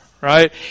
Right